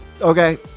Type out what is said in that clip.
okay